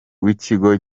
w’ikigo